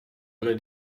ohne